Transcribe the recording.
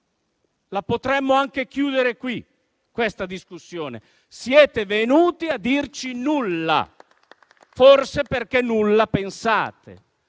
La potremmo anche chiudere qui questa discussione, siete venuti a dirci nulla, forse perché nulla pensate.